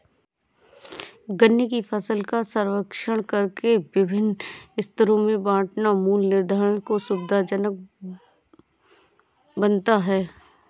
गन्ने की फसल का सर्वेक्षण करके विभिन्न स्तरों में बांटना मूल्य निर्धारण को सुविधाजनक बनाता है